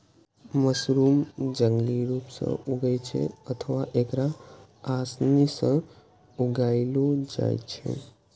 mushroom जंगली रूप सं उगै छै अथवा एकरा आसानी सं उगाएलो जाइ छै